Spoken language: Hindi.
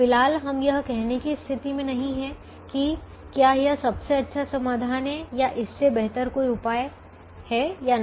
फिलहाल हम यह कहने की स्थिति में नहीं हैं कि क्या यह सबसे अच्छा समाधान है या इससे बेहतर कोई दूसरा उपाय है या नहीं